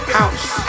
house